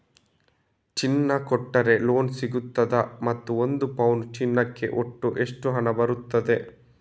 ಚಿನ್ನ ಕೊಟ್ರೆ ಲೋನ್ ಸಿಗ್ತದಾ ಮತ್ತು ಒಂದು ಪೌನು ಚಿನ್ನಕ್ಕೆ ಒಟ್ಟು ಎಷ್ಟು ಹಣ ಬರ್ತದೆ?